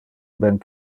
ben